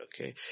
okay